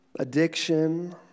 Addiction